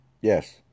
Yes